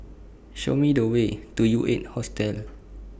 Show Me The Way to U eight Hostel